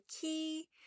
key